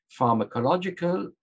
pharmacological